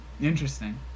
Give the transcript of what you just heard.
interesting